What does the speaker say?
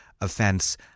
offense